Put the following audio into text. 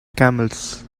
camels